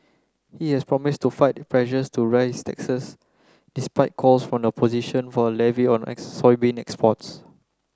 he has promised to fight pressure to raise taxes despite calls from the opposition for a levy on a soybean exports